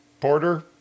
Porter